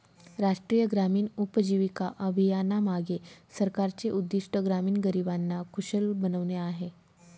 राष्ट्रीय ग्रामीण उपजीविका अभियानामागे सरकारचे उद्दिष्ट ग्रामीण गरिबांना कुशल बनवणे आहे